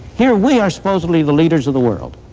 here we are supposedly the leaders of the world.